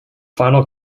final